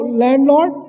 landlord